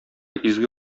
изге